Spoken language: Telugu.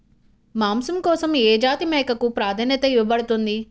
మాంసం కోసం ఏ జాతి మేకకు ప్రాధాన్యత ఇవ్వబడుతుంది?